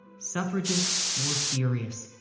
suffragists were furious.